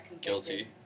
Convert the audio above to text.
guilty